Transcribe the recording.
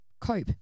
cope